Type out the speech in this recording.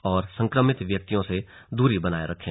और संक्रमित व्यक्ति से दूरी बनाए रखें